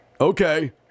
Okay